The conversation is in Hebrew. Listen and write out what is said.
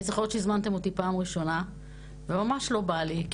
אני זוכרת שהזמנתם אותי פעם ראשונה וממש לא בא לי,